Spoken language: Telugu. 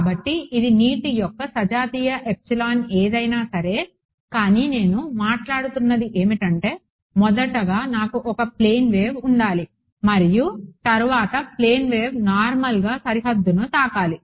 కాబట్టి ఇది నీటి యొక్క సజాతీయ ఎప్సిలాన్ ఏది అయినా సరే కానీ నేను మాట్లాడుతున్నది ఏమిటంటే మొదటగా నాకు ఒక ప్లేన్ వేవ్ ఉండాలి మరియు తర్వాత ప్లేన్ వేవ్ నార్మల్గా సరిహద్దును తాకాలి